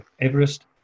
Everest